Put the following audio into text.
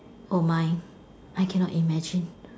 oh my I cannot imagine